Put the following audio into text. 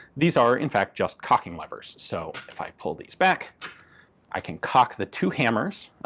these are in fact just cocking levers. so if i pull these back i can cock the two hammers,